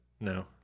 No